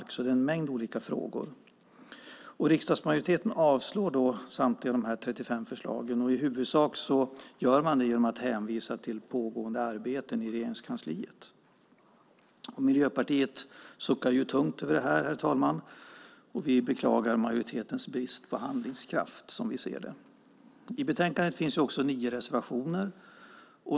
Det är alltså en mängd olika frågor. Riksdagsmajoriteten avstyrker samtliga de här 35 förslagen. I huvudsak gör man det genom att hänvisa till pågående arbete i Regeringskansliet. Miljöpartiet suckar tungt över det, herr talman, och vi beklagar majoritetens brist på handlingskraft, som vi ser det. I betänkandet finns det också nio reservationer.